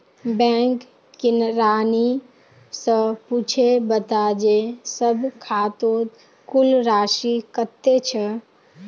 bank किरानी स पूछे बता जे सब खातौत कुल राशि कत्ते छ